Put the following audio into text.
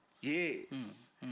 Yes